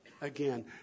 again